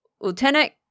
Lieutenant